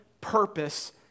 purpose